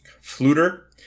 Fluter